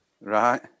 Right